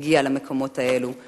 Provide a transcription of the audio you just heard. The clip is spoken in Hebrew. הגיעו למקומות האלה במשך שנים ארוכות.